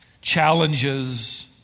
challenges